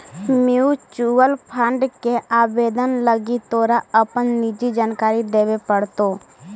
mutual fund के आवेदन लागी तोरा अपन निजी जानकारी देबे पड़तो